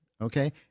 Okay